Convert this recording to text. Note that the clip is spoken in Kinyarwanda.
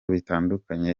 bitandukanye